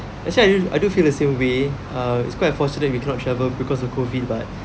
actually I j~ I do feel the same way uh it's quite unfortunate we cannot travel because of COVID but